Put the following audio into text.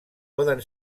poden